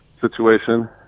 situation